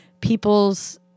people's